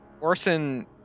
Orson